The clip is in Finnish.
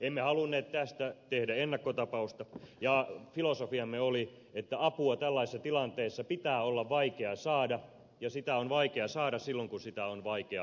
emme halunneet tästä tehdä ennakkotapausta ja filosofiamme oli että apua tällaisessa tilanteessa pitää olla vaikea saada ja sitä on vaikea saada silloin kun sitä on vaikea antaa